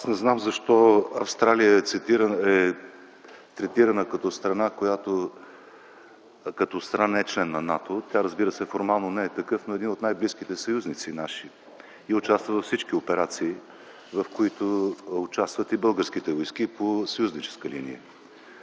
Аз не знам защо Австралия е третирана като страна, която не е член на НАТО – тя, разбира се, формално не е такъв, но е един от най-близките наши съюзници и участва във всички операции, в които участват и българските войски по съюзническа линия.